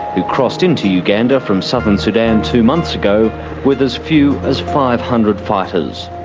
who crossed into uganda from southern sudan two months ago with as few as five hundred fighters.